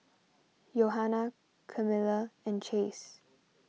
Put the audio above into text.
Johana Kamila and Chase